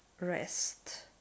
rest